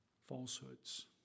Falsehoods